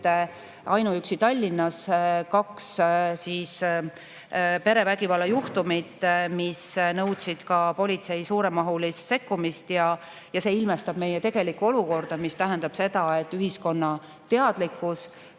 ainuüksi Tallinnas kaks perevägivalla juhtumit, mis nõudsid ka politsei suuremahulist sekkumist. See ilmestab meie tegelikku olukorda, mis tähendab seda, et ühiskonna teadlikkus,